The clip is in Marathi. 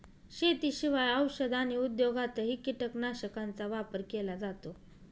शेतीशिवाय औषध आणि उद्योगातही कीटकनाशकांचा वापर केला जातो